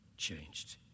changed